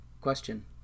question